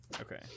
Okay